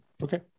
Okay